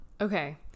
Okay